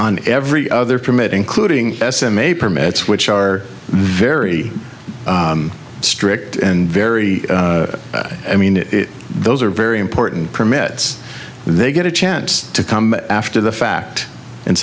on every other permit including s m a permits which are very strict and very i mean those are very important permits and they get a chance to come after the fact and